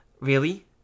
Really